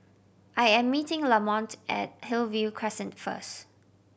I am meeting Lamonte at Hillview Crescent first